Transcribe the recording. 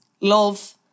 Love